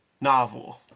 novel